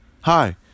Hi